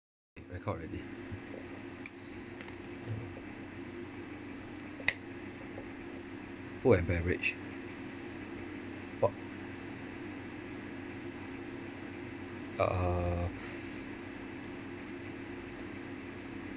it record already food and beverage what uh